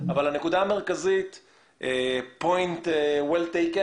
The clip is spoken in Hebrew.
אני רוצה לחזור ולומר שהנקודה שלך well taken,